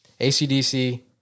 ACDC